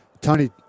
Tony